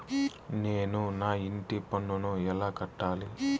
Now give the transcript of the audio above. నేను నా ఇంటి పన్నును ఎలా కట్టాలి?